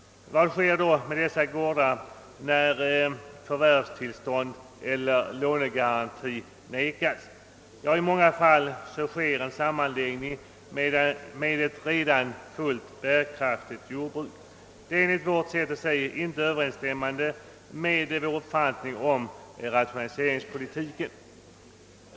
Vad sker då med dessa gårdar när förvärvstillstånd eller lånegaranti vägras? I många fall görs sammanläggning med ett redan befintligt fullt bärkraftigt jordbruk, och det är inte överensstämmande med vår uppfattning on rationaliseringspolitiken.